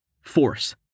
Force